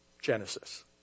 Genesis